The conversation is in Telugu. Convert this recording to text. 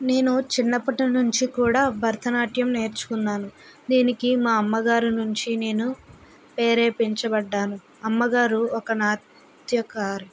నేను చిన్నప్పటి నుంచి కూడా భరతనాట్యం నేర్చుకున్నాను దీనికి మా అమ్మగారు నుంచి నేను ప్రేరేపించబడినాను అమ్మగారు ఒక నాట్యకారి